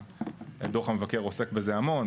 דוח המבקר עוסק בזה המון,